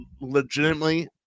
legitimately